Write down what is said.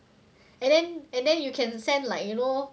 and then and then you can send like you know